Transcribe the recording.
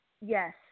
Yes